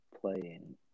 playing